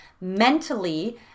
mentally